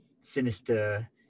sinister